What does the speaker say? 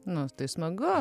nu tai smagu